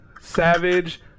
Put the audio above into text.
Savage